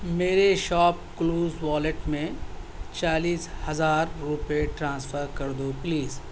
میرے ShopClues wallet میں چالیس ہزار روپے ٹرانسفر کر دو پلیز